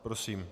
Prosím.